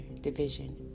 Division